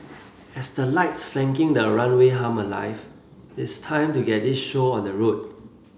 as the lights flanking the runway hum alive it's time to get this show on the road